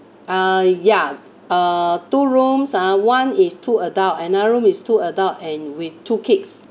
uh ya uh two rooms ah one is two adult another room is two adult and with two kids